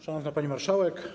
Szanowna Pani Marszałek!